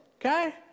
okay